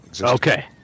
Okay